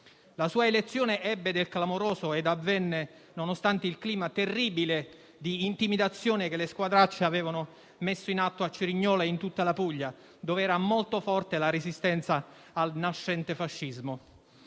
La sua elezione ebbe del clamoroso e avvenne nonostante il clima terribile di intimidazione che le squadracce avevano messo in atto a Cerignola e in tutta la Puglia, dove era molto forte la resistenza al nascente fascismo.